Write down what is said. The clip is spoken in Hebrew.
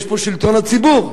יש פה שלטון הציבור.